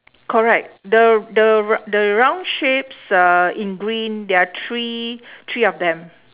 correct the the r~ the round shapes uhh in green there are three three of them